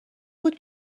بود